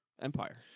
empire